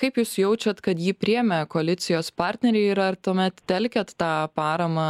kaip jūs jaučiat kad jį priėmė koalicijos partneriai ir ar tuomet telkiat tą paramą